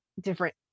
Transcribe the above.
different